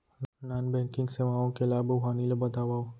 non banking सेवाओं के लाभ अऊ हानि ला बतावव